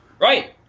Right